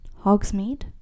Hogsmeade